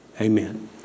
Amen